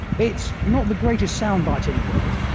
it's not the greatest sound bite in the world,